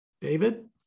David